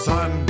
Sun